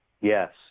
Yes